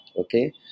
okay